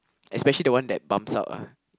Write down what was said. especially the one that bumps out ah